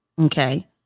okay